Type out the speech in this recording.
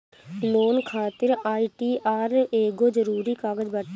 loan खातिर ITR एगो जरुरी कागज बाटे